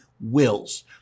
wills